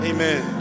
Amen